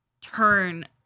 turn